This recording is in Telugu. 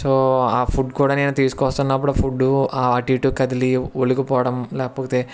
సో ఆ ఫుడ్ కూడా నేను తీసుకు వస్తున్నప్పుడు ఫుడ్డు అటు ఇటు కదిలి ఒలికిపోవడం లేకపోతే